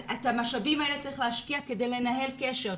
את המשאבים האלה צריך להשקיע כדי לנהל קשר.